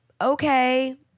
okay